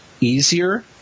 easier